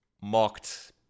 mocked